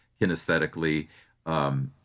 kinesthetically